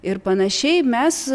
ir panašiai mes